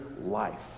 life